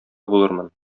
булырмын